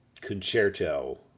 concerto